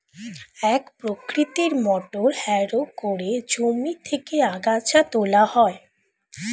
এক প্রকৃতির motor harrow করে জমি থেকে আগাছা তোলা হয়